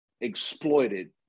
exploited